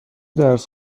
درس